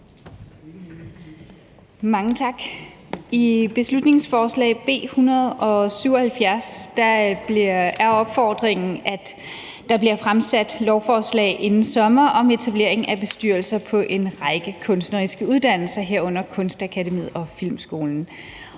Mange tak. I beslutningsforslag B 177 er opfordringen, at der bliver fremsat lovforslag inden sommer om etablering af bestyrelser på en række kunstneriske uddannelser, herunder Kunstakademiet og Filmskolen.